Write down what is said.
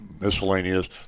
miscellaneous